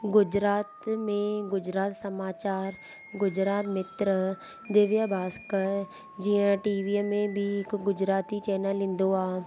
गुजरात में गुजरात समाचार गुजरात मित्र दिव्य भास्कर जीअं टीवीअ में बि हिकु गुजराती चैनल ईंदो आहे